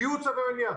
יהיו צווי מניעה.